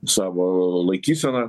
savo laikysena